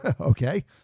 Okay